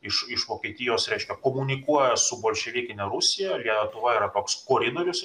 iš iš vokietijos reiškia komunikuoja su bolševikine rusija lietuva yra toks koridorius